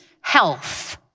health